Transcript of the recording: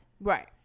right